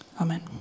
Amen